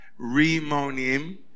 Rimonim